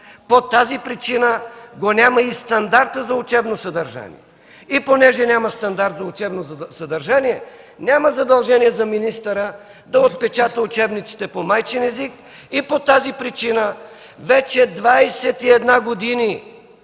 По тази причина го няма и стандарта за учебно съдържание. Понеже няма стандарт за учебно съдържание, няма задължение за министъра да отпечата учебниците по майчин език и по тази причина вече 21 години